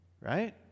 right